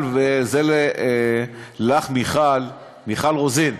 לך, מיכל רוזין,